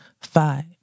Five